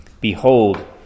Behold